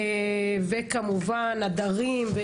וכמובן הדרים.